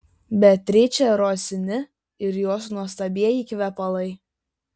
beatričė rosini ir jos nuostabieji kvepalai